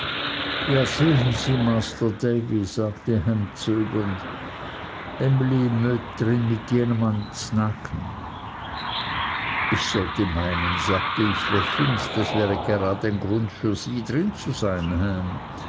ja sehen sie masr davy sagte ham zögernd emly möt drin mit jemand snaken ich sollte meinen sagte ich lächelnd das wäre grade ein grund für sie drin zu sein